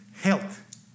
health